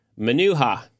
Manuha